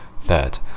Third